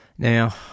Now